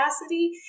capacity